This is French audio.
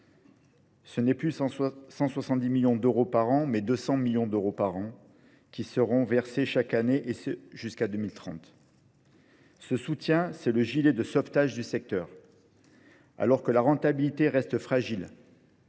Ce n'est plus 170 millions d'euros par an, mais 200 millions d'euros par an qui seront versés chaque année jusqu'à 2030. Ce soutien, c'est le gilet de sauvetage du secteur. alors que la rentabilité reste fragile,